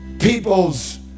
people's